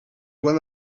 one